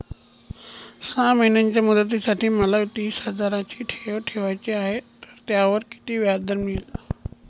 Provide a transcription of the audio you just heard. सहा महिन्यांच्या मुदतीसाठी मला तीस हजाराची ठेव ठेवायची आहे, तर त्यावर किती व्याजदर मिळेल?